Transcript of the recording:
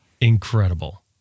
Incredible